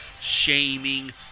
shaming